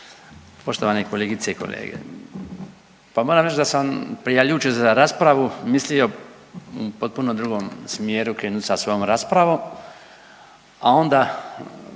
poštovane kolegice i kolege. Pa moram reći da sam prijavljujući se za raspravu mislio u potpuno drugom smjeru krenuti sa svojom raspravom, a onda